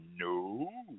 No